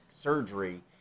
surgery